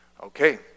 Okay